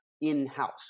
in-house